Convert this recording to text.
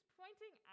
pointing